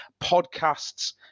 Podcasts